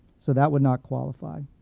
so that would not qualify.